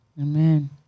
Amen